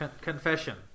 Confession